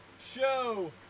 show